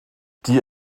die